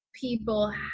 People